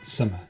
Summer